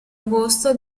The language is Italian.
agosto